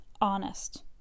honest